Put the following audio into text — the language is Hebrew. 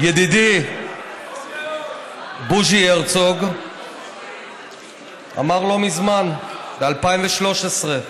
ידידי בוז'י הרצוג אמר לא מזמן, ב-2013,